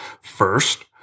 First